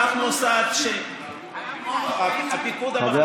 כך מוסד הפיקוד הבכיר של צה"ל.